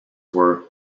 were